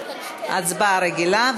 הצבעה רגילה.